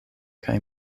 kaj